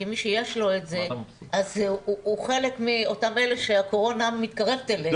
כי מי שיש לו את זה אז הוא חלק מאותם אלה שהקורונה מתקרבת אליהם.